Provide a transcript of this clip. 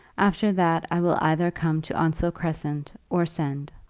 after that i will either come to onslow crescent or send.